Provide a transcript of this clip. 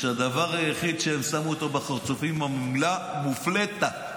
שהדבר היחיד שהם שמו בחרצופים, המילה "מופלטה".